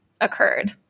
occurred